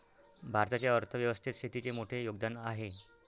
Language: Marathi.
भारताच्या अर्थ व्यवस्थेत शेतीचे मोठे योगदान आहे